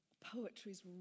Poetry's